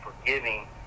forgiving